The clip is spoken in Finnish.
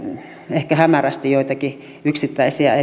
ehkä hämärästi joitakin yksittäisiä